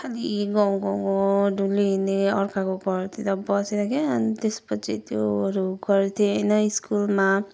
खाली गाउँ गाउँ गाउँ डुलिहिँड्ने अर्काको घरतिर बसेर क्या अन्त त्यसपछि त्योहरू गर्थेँ होइन स्कुलमा